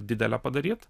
didelę padaryt